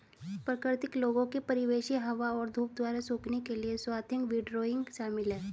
प्राकृतिक लोगों के परिवेशी हवा और धूप द्वारा सूखने के लिए स्वाथिंग विंडरोइंग शामिल है